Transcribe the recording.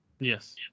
Yes